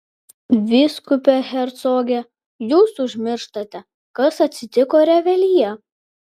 vyskupe hercoge jūs užmirštate kas atsitiko revelyje